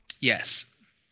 Yes